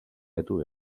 edu